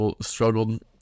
struggled